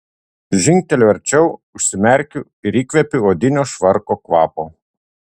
žingteliu arčiau užsimerkiu ir įkvepiu odinio švarko kvapo